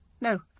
No